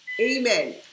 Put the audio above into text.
Amen